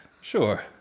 Sure